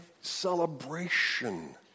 celebration